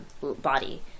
body